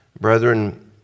Brethren